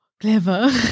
Clever